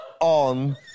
on